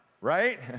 right